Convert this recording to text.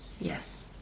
Yes